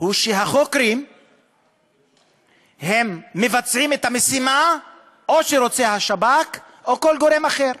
הוא שהחוקרים מבצעים את המשימה שרוצה השב"כ או כל גורם אחר: